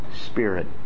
Spirit